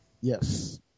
Yes